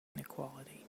inequality